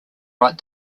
write